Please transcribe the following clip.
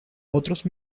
otros